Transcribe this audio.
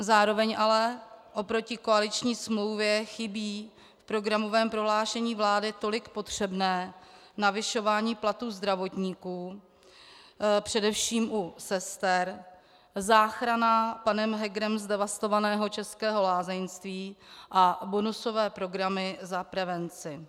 Zároveň ale oproti koaliční smlouvě chybí v programovém prohlášení vlády tolik potřebné navyšování platů zdravotníků, především u sester, záchrana panem Hegerem zdevastovaného českého lázeňství a bonusové programy za prevenci.